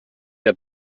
der